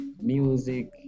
music